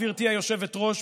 גברתי היושבת-ראש,